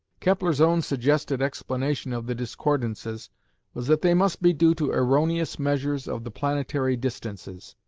kepler's own suggested explanation of the discordances was that they must be due to erroneous measures of the planetary distances,